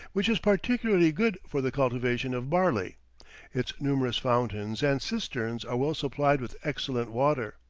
which is particularly good for the cultivation of barley its numerous fountains and cisterns are well supplied with excellent water.